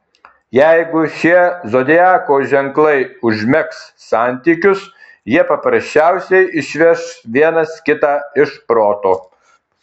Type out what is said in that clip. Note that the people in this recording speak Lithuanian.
jeigu šie zodiako ženklai užmegs santykius jie paprasčiausiai išves vienas kitą iš proto